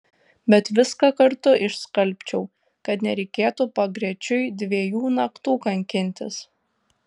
bet viską kartu išskalbčiau kad nereikėtų pagrečiui dviejų naktų kankintis